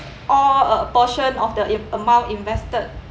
all uh portion of the in~ amount invested